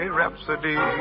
rhapsody